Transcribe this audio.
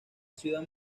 ciudad